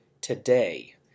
today